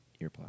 earplug